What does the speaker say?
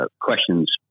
questions